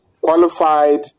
qualified